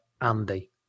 Andy